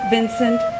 Vincent